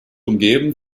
umgeben